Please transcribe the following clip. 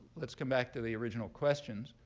let's come back to the original questions.